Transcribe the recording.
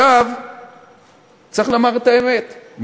צריך לומר את האמת,